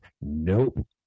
Nope